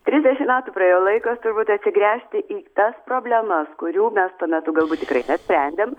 trisdešim metų praėjo laikas turbūt atsigręžti į tas problemas kurių mes tuo metu galbūt tikrai nesprendėm